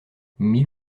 mille